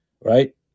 right